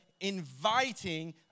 inviting